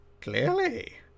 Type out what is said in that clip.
Clearly